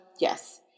yes